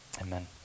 Amen